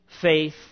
faith